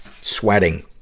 sweating